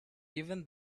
even